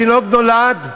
התינוק נולד,